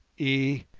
e,